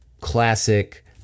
classic